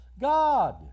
God